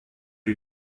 die